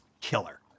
killer